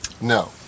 No